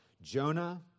Jonah